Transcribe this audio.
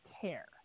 care